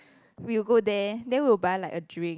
we will go there then we will buy like a drink